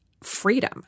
freedom